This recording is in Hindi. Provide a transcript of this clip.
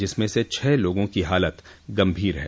जिसमें से छः लोगों की हालत गम्भीर है